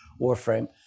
warframe